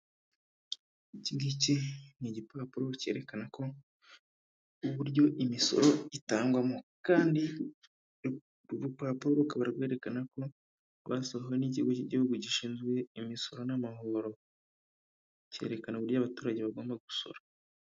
Iki ngiki ni igipapuro cyerekana ko uburyo imisoro itangwamo kandi urupapuro rukaba rwerekana ko rwasohowe n'ikigo cy'igihugu gishinzwe imisoro n'amahoro, cyerekana uburyo abaturage bagomba gusora.